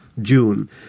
june